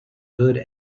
good